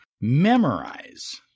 memorize